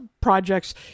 projects